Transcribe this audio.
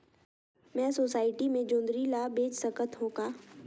मैं सोसायटी मे जोंदरी ला बेच सकत हो का?